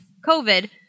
COVID